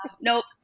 nope